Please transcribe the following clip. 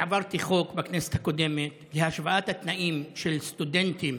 בכנסת הקודמת העברתי חוק להשוואת התנאים של סטודנטים